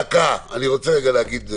אני רוצה רגע להגיד: